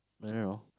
I don't know